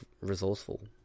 resourceful